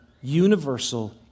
universal